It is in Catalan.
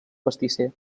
pastisser